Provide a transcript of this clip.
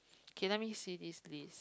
okay let me see this list